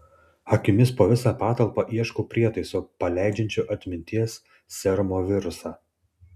akimis po visą patalpą ieškau prietaiso paleidžiančio atminties serumo virusą